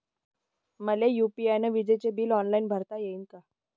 मले यू.पी.आय न विजेचे बिल ऑनलाईन भरता येईन का?